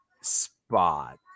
spot